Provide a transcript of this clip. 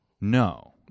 no